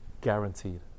Guaranteed